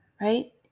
right